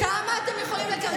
די,